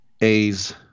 A's